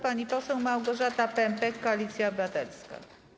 Pani poseł Małgorzata Pępek, Koalicja Obywatelska.